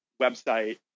website